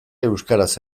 euskaraz